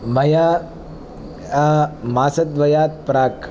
मया मासद्वयात् प्राक्